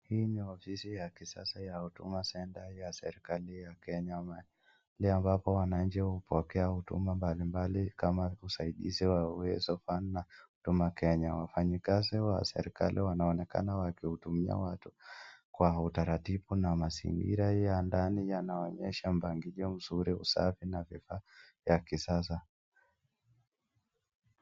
Hii ni ofisi ya kisasa ya huduma center ya serekali ya kenya mahali ambapo wananchi hupokea huduma mbali mbali kama usaidizi wa uwezo funds na huduma kenya. Wafanyakazi wa serekali wanaonekana wakihudumia watu kwa utaratibu na mazingira ya ndani yanaonyesha mpangilio mzuri usafi na vifaa ya kisasa.